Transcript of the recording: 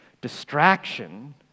Distraction